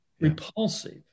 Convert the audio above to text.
repulsive